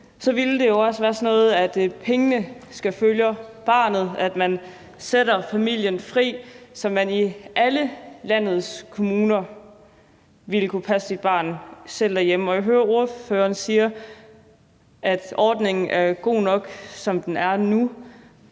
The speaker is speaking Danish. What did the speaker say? så ville det jo også være sådan noget, som at pengene skal følge barnet, og at man sætter familien fri, så man i alle landets kommuner ville kunne passe sit barn selv derhjemme. Og jeg hører, at ordføreren siger, at ordningen er god nok, som den er nu.